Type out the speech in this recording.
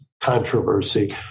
controversy